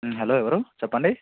hello ఎవరు చెప్పండి